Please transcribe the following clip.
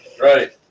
right